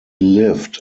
lived